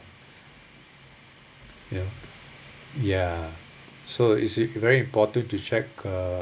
ya ya so it's very important to check uh